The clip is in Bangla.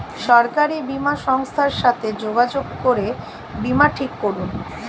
সরকারি বীমা সংস্থার সাথে যোগাযোগ করে বীমা ঠিক করুন